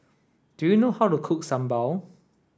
do you know how to cook Sambal